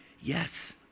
yes